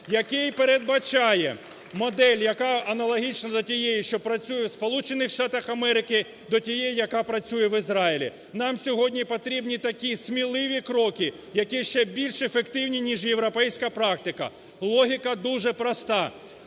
який передбачає модель, яка аналогічна до тієї, що працює у Сполучених Штатах Америки, до тієї, яка працює в Ізраїлі. Нам сьогодні потрібні такі сміливі кроки, які ще більш ефективні ніж європейська практика. Логіка дуже проста: